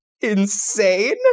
insane